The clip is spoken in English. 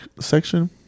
section